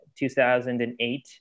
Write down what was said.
2008